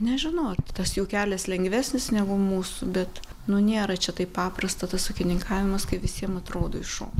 nežinau ar tas jų kelias lengvesnis negu mūsų bet nu nėra čia taip paprasta tas ūkininkavimas kaip visiem atrodo iš šono